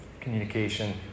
communication